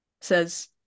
says